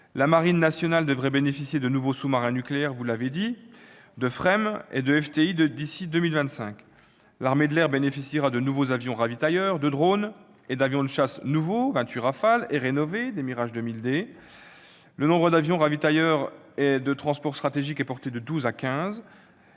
La Marine nationale devrait bénéficier de nouveaux sous-marins nucléaires- vous l'avez dit -, de FREMM et de FTI d'ici à 2025. L'armée de l'air bénéficiera de nouveaux avions ravitailleurs, de drones et d'avions de chasse nouveaux, vingt-huit Rafale, ou rénovés, par exemple des Mirage 2000 D. Le nombre d'avions ravitailleurs et de transport stratégique est porté de douze à